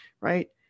Right